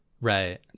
right